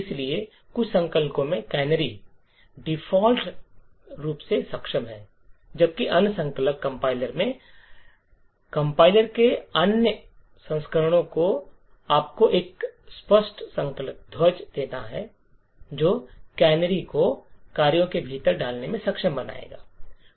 इसलिए कुछ संकलकों में कैनरी डिफ़ॉल्ट रूप से सक्षम हैं जबकि अन्य संकलक में संकलक के अन्य संस्करणों को आपको एक स्पष्ट संकलन ध्वज देना होगा जो कैनरी को कार्यों के भीतर डालने में सक्षम बनाएगा